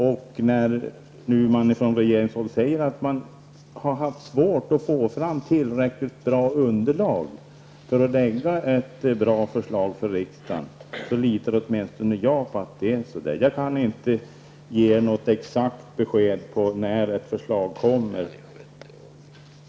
När man nu säger från regeringshåll att man har haft svårt att få fram tillräckligt bra underlag för att lägga fram ett bra förslag för riksdagen, litar åtminstone jag på att det är så. Jag kan inte ge något exakt besked om när ett förslag kommer.